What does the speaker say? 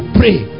pray